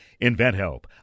InventHelp